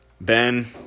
ben